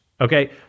Okay